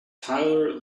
tyler